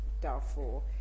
Darfur